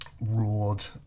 ruled